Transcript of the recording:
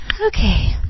Okay